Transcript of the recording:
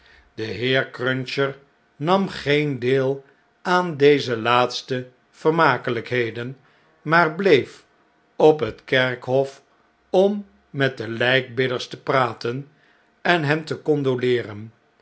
de heer cruncher nam geen deel aan deze laatste vermakeln'kheden maar bleef op het kerkhof om met de ln'kbidders te praten enhente condoleeren de